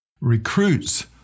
Recruits